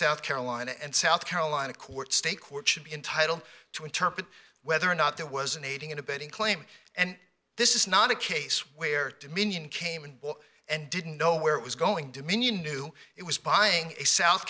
south carolina and south carolina courts state courts should be entitled to interpret whether or not there was an aiding and abetting claim and this is not a case where dominion came in and didn't know where it was going dominion knew it was buying a south